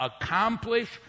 accomplish